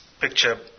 picture